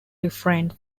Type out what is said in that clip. refrained